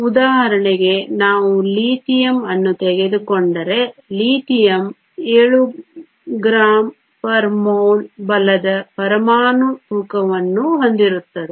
ಉದಾಹರಣೆಗೆ ನಾವು ಲಿಥಿಯಂ ಅನ್ನು ತೆಗೆದುಕೊಂಡರೆ ಲಿಥಿಯಂ 7 g mol 1 ಬಲದ ಪರಮಾಣು ತೂಕವನ್ನು ಹೊಂದಿರುತ್ತದೆ